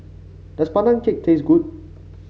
does Pandan Cake taste good